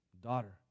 Daughter